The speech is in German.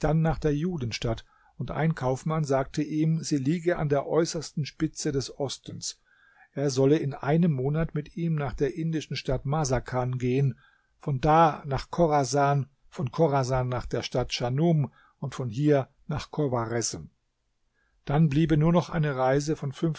nach der judenstadt und ein kaufmann sagte ihm sie liege an der äußersten spitze des ostens er solle in einem monat mit ihm nach der indischen stadt marsakan gehen von da nach chorasan von chorasan nach der stadt schanum von hier nach chowaresm dann bliebe nur noch eine reise von